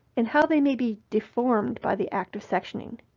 and how they may be deformed by the act of sectioning.